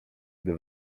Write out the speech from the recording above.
gdy